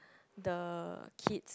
the kids